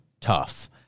tough